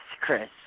Chris